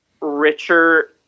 richer